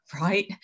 Right